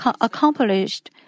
accomplished